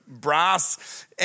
brass